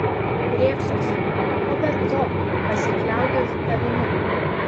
griebsiuosi o be to pasikliauju tavimi